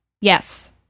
yes